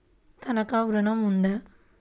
తనఖా ఋణం ఉందా?